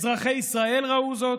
אזרחי ישראל ראו זאת.